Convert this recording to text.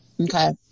okay